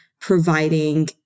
providing